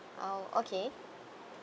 oh okay